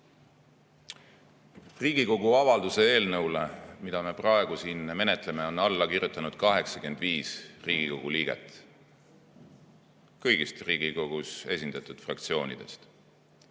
Riigikogu avalduse eelnõule, mida me praegu siin menetleme, on alla kirjutanud 85 Riigikogu liiget, neid on kõigist Riigikogus esindatud fraktsioonidest.